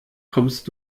kommst